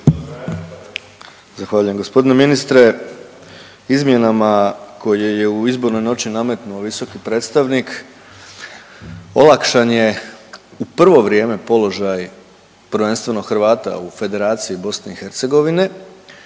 Zahvaljujem. Gospodine ministre izmjenama koje je u izbornoj noći nametnuo visoki predstavnik olakšan je u provo vrijeme položaj prvenstveno Hrvata u Federaciji BiH,